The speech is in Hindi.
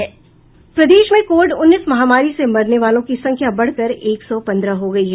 प्रदेश में कोविड उन्नीस महामारी से मरने वालों की संख्या बढ़कर एक सौ पन्द्रह हो गयी है